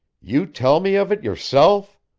you tell me of it yourself?